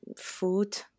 food